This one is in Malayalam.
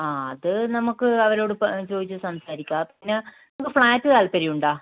ആ അത് നമുക്ക് അവരോട് പ ചോദിച്ച് സംസാരിക്കാം ആ പിന്നെ നിങ്ങൾക്ക് ഫ്ലാറ്റ് താത്പര്യമുണ്ടോ